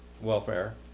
welfare